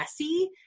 messy